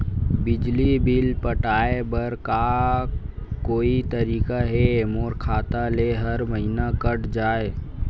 बिजली बिल पटाय बर का कोई तरीका हे मोर खाता ले हर महीना कट जाय?